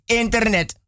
internet